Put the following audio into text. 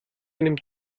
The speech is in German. nimmt